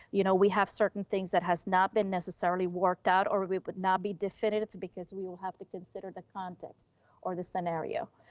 you know, we have certain things that has not been necessarily worked out, or we would not be definitive because we will have to consider the context or the scenario.